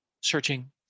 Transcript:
searching